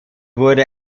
wurde